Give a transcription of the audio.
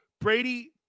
Brady